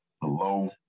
Hello